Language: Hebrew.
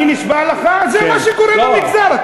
אני נשבע לך, זה מה שקורה במגזר.